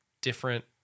different